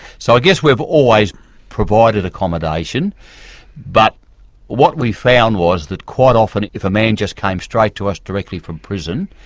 so i guess we've always provided accommodation but what we found was that quite often if a man just came straight to us directly from prison,